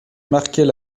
marquait